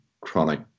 chronic